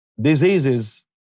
diseases